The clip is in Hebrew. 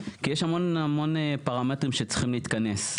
כי יש המון פרמטרים שצריכים להתכנס.